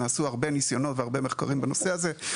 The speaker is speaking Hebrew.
נעשו הרבה ניסיונות והרבה מחקרים בנושא הזה,